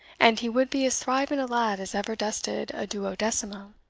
and he would be as thriving a lad as ever dusted a duodecimo.